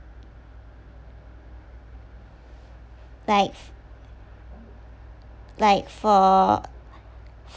like like for